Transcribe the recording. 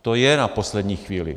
To je na poslední chvíli.